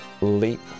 leap